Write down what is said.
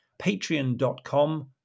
patreon.com